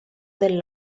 del